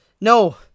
No